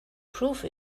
prove